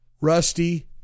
Rusty